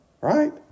right